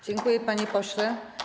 Dziękuję, panie pośle.